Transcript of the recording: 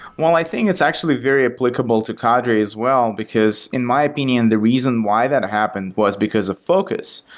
well, i think it's actually very applicable to cadre as well, because in my opinion the reason why that happened was because the focus,